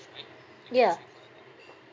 ya